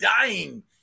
dying